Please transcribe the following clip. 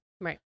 Right